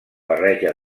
barreja